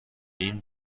این